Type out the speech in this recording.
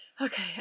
Okay